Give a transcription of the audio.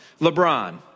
LeBron